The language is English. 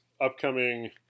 upcoming